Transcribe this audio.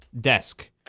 desk